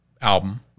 album